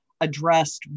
addressed